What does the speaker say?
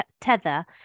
tether